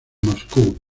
moscú